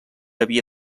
havia